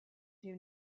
due